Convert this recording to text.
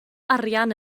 arian